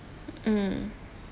mm